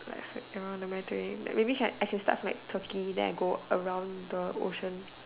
like somewhere around the Mediterranean maybe I can I can start with Turkey then I can go around the ocean